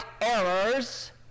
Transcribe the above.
errors